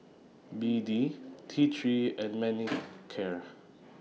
B D T three and Manicare